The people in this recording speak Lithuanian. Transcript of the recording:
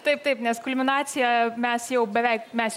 taip taip nes kulminaciją mes jau beveik mes jau